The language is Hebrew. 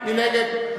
מי נגד?